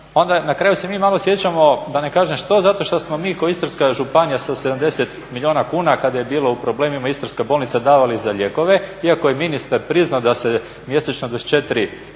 Onda na kraju se mi malo sjećamo da ne kažem što zato što smo mi kao Istarska županija sa 70 milijuna kuna kada je bila u problemu istarska bolnica davali za lijekove, iako je ministar priznao da se mjesečno 24, tj.